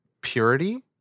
purity